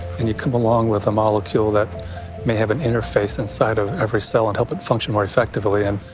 and you come along with a molecule that may have an interface inside of every cell and help it function more effectively and,